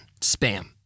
spam